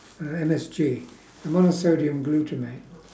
uh M_S_G monosodium glutamate